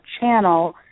channel